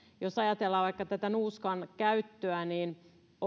jos ajatellaan vaikka tätä nuuskan käyttöä niin